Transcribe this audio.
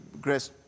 Grace